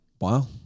Wow